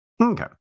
Okay